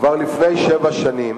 כבר לפני שבע שנים